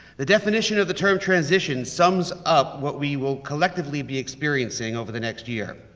the definition of the term, transition, sums up what we will collectively be experiencing over the next year.